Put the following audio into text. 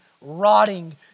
rotting